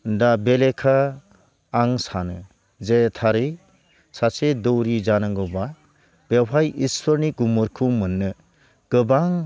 दा बेलेखा आं सानो जे थारै सासे दौरि जानांगौब्ला बेवहाय इसोरनि गुमुरखौ मोननो गोबां